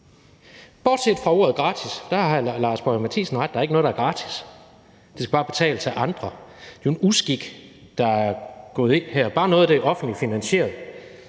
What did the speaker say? bortset fra ordet gratis – der har hr. Lars Boje Mathiesen ret i, at der ikke er noget, der er gratis, for det skal jo bare betales af andre. Det er en uskik, der er kommet ind her, når der er tale om noget, der er offentligt finansieret.